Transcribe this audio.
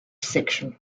section